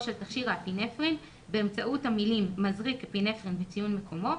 של תכשיר האפינפרין באמצעות המילים "מזרק אפינפרין" וציון מיקומו,